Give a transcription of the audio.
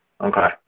Okay